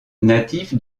natif